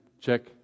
check